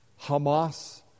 Hamas